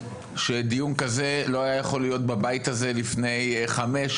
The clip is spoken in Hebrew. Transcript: דיון כזה לא היה יכול להיות בבית הזה לפני חמש,